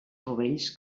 rovells